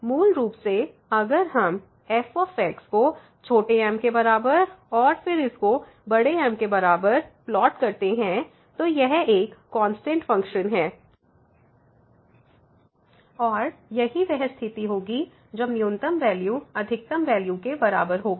मूल रूप से अगर हम f m M को प्लॉट करते हैं तो यह एक कांस्टेंट फंकशन है और यही वह स्थिति होगी जब न्यूनतम वैल्यू अधिकतम वैल्यू के बराबर होगा